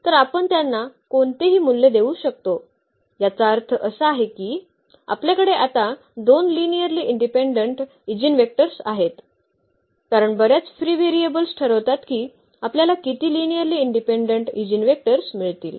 तर आपण त्यांना कोणतेही मूल्य देऊ शकतो याचा अर्थ असा आहे की आपल्याकडे आता दोन लिनिअर्ली इंडिपेंडेंट ईजीनवेक्टर्स आहेत कारण बर्याच फ्री व्हेरिएबल्स ठरवतात की आपल्याला किती लिनिअर्ली इंडिपेंडेंट ईजीनवेक्टर्स मिळतील